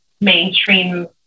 mainstream